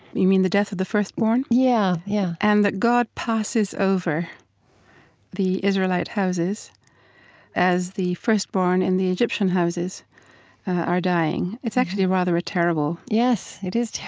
you mean the death of the firstborn? yeah, yeah and that god passes over the israelite houses as the firstborn in the egyptian houses are dying. it's actually rather a terrible yes it is